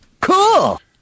Cool